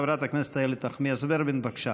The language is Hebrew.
חברת הכנסת איילת נחמיאס ורבין, בבקשה.